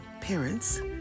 parents